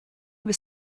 was